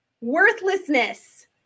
worthlessness